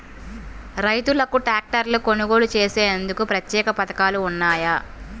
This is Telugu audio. రైతులకు ట్రాక్టర్లు కొనుగోలు చేసేందుకు ప్రత్యేక పథకాలు ఉన్నాయా?